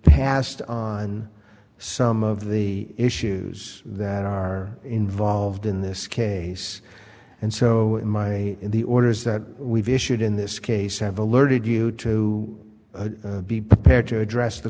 passed on some of the issues that are involved in this case and so my the orders that we've issued in this case have alerted you to be prepared to address the